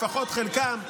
לפחות חלקם,